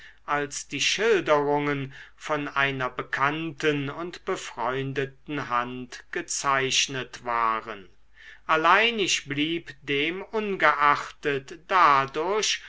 als die schilderungen von einer bekannten und befreundeten hand gezeichnet waren allein ich blieb demungeachtet dadurch